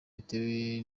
bitewe